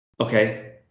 okay